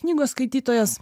knygos skaitytojas